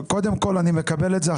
אני מקבל את זה,